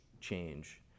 change